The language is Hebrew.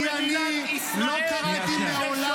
אתה לא ראוי לתפקידך.